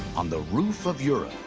on the roof of europe,